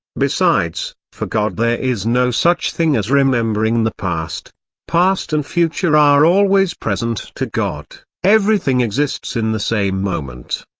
besides, for god there is no such thing as remembering the past past and future are always present to god everything exists in the same moment.